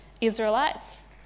Israelites